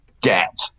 get